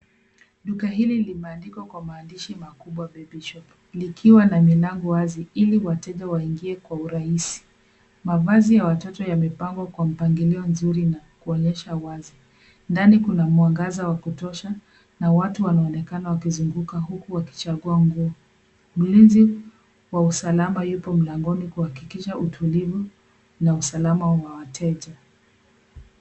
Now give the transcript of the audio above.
Duka hili limeandikwa kwa maandishi makubwa baby shop likiwa na milango wazi ili wateja waingie kwa urahisi. Mavazi ya watoto yamepangwa kwa mpangilio mzuri na kuonyesha uwazi. Ndani kuna mwangaza wa kutosha na watu wanonekana wakizunguka huku wakichagua nguo. Mlinzi wa usalama yupo mlangoni kuhakikisha utulivu na usalama wa wateja .